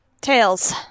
Tails